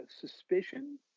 suspicion